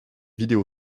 vidéo